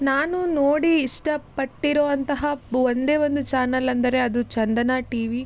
ನಾನು ನೋಡಿ ಇಷ್ಟಪಟ್ಟಿರುವಂತಹ ಒಂದೇ ಒಂದು ಚಾನೆಲ್ ಅಂದರೆ ಅದು ಚಂದನ ಟಿವಿ